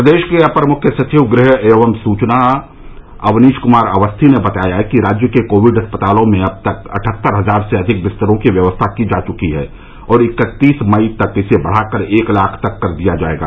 प्रदेश के अपर मुख्य सचिव गृह एवं सूचना अवनीश कुमार अवस्थी ने बताया कि राज्य के कोविड अस्पतालों में अब तक अठहत्तर हजार से अधिक बिस्तरों की व्यवस्था की जा चुकी है और इकत्तीस मई तक इसे बढ़ाकर एक लाख तक कर दिया जायेगा